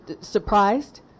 surprised